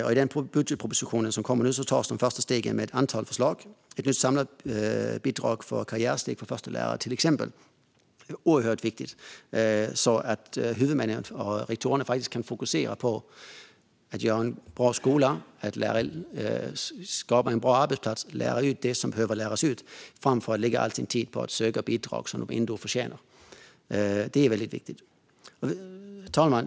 I den budgetproposition som kommer nu tas de första stegen med ett antal förslag, till exempel ett nytt samlat statsbidrag för karriärsteget förstelärare, så att huvudmännen och rektorerna ska kunna fokusera på att skapa en bra skola och arbetsplats och lära ut det som behöver läras ut framför att lägga all sin tid på att söka bidrag som de ändå förtjänar. Det är oerhört viktigt. Fru talman!